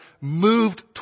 moved